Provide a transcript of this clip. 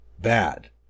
bad